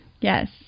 Yes